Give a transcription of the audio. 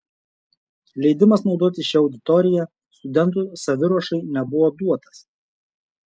leidimas naudotis šia auditorija studentų saviruošai nebuvo duotas